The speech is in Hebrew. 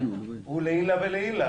הוא לעילא ולעילא.